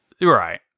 Right